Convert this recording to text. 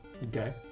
Okay